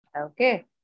Okay